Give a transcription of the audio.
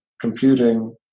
Computing